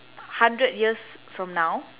hundred years from now